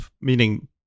meaning